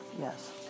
Yes